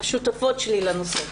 הן השותפות שלי לנושא.